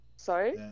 sorry